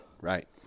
Right